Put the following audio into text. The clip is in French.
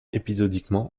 épisodiquement